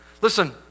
Listen